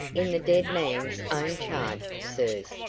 in the dead man's own charge, sirs.